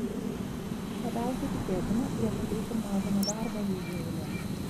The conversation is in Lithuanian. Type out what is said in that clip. labiausiai tikėtina jog ateis ir mažo nedarbo lygio eilė